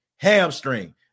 hamstring